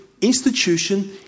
institution